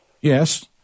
Yes